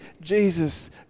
Jesus